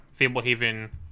Fablehaven